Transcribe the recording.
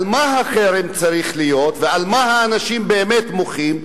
על מה החרם צריך להיות ועל מה האנשים באמת מוחים?